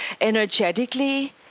energetically